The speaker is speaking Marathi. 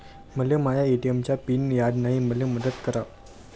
मले माया ए.टी.एम चा पिन याद नायी, मले मदत करा